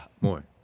more